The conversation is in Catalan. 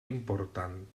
important